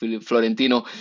Florentino